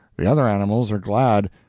the other animals are glad,